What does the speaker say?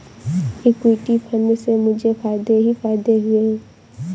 equity fund से मुझे फ़ायदे ही फ़ायदे हुए हैं